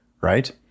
right